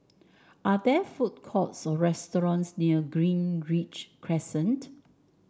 are there food courts or restaurants near Greenridge Crescent